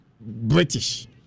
British